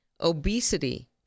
obesity